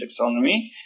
taxonomy